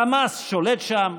חמאס שולט שם,